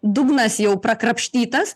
dugnas jau prakrapštytas